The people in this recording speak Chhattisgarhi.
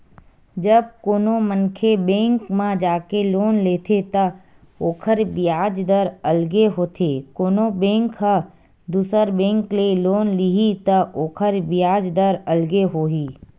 जब कोनो मनखे बेंक म जाके लोन लेथे त ओखर बियाज दर अलगे होथे कोनो बेंक ह दुसर बेंक ले लोन लिही त ओखर बियाज दर अलगे होही